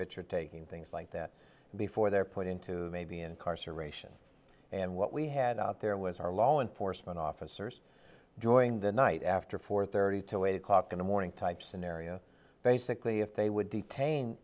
picture taking things like that before they're put into maybe incarceration and what we had out there was our law enforcement officers during the night after four thirty to eight o'clock in the morning type scenario basically if they would detain